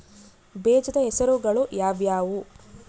ಬೇಜದ ಹೆಸರುಗಳು ಯಾವ್ಯಾವು?